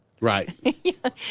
Right